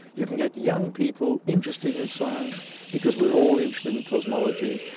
you can get young people interested in science because we're all interested in cosmology,